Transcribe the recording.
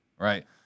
Right